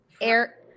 Air